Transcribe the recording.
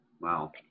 Wow